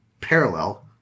parallel